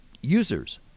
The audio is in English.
users